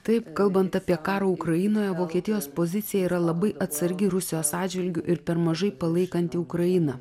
taip kalbant apie karą ukrainoje vokietijos pozicija yra labai atsargi rusijos atžvilgiu ir per mažai palaikanti ukrainą